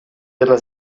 della